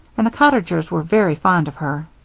and the cottagers were very fond of her.